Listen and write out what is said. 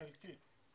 חלקי.